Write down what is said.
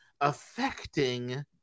affecting